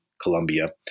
Colombia